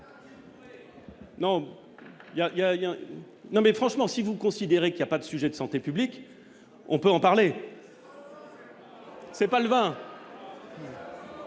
non mais franchement, si vous considérez qu'il y a pas de sujets de santé publique, on peut en parler. C'est pas le 20.